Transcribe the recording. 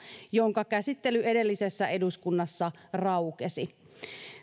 jonka käsittely edellisessä eduskunnassa raukesi